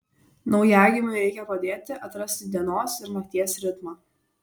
naujagimiui reikia padėti atrasti dienos ir nakties ritmą